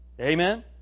Amen